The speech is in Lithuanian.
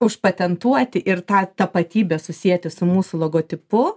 užpatentuoti ir tą tapatybę susieti su mūsų logotipu